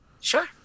Sure